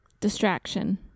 Distraction